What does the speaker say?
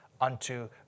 unto